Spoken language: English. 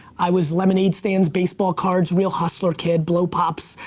i was lemonade stands, baseball cards, real hustler kid, blow pops,